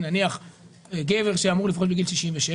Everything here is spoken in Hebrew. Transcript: נניח גבר שמור לפרוש בגיל 67,